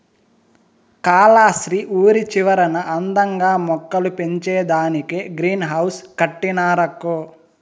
కాలస్త్రి ఊరి చివరన అందంగా మొక్కలు పెంచేదానికే గ్రీన్ హౌస్ కట్టినారక్కో